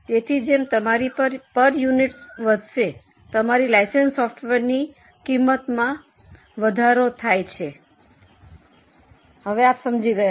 તેથી જેમ તમારી પર યુનિટસ વધશે તમારી લાઇસન્સ સોફ્ટવેરની કિંમતમાં વધારો કરે છે તમે સમજી ગયા